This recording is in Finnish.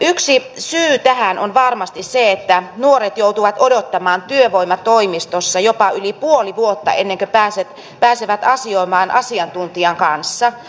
yksi syy tähän on varmasti se että nuoret joutuvat odottamaan työvoimatoimistossa jopa yli puoli vuotta ennen kuin pääsevät asioimaan asiantuntijan kanssa